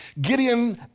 Gideon